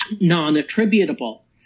non-attributable